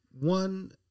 One